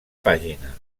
pàgina